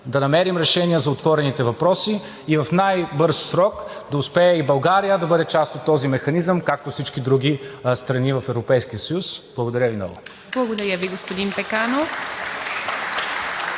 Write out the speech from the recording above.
да намерим решение за отворените въпроси и в най-бърз срок да успее и България да бъде част от този механизъм, както всички други страни в Европейския съюз. Благодаря Ви много.